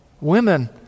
Women